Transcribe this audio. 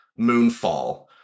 moonfall